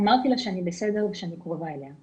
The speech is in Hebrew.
אמרתי לה שאני בסדר ושאני קרובה אליה".